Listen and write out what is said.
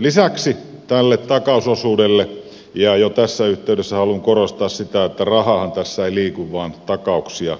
lisäksi tämä takausosuus ja jo tässä yhteydessä haluan korostaa sitä että rahaahan tässä ei liiku vaan takauksia